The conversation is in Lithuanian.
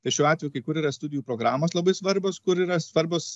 tai šiuo atveju kai kur yra studijų programos labai svarbios kur yra svarbios